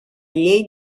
llei